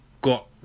got